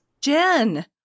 Jen